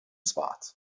spot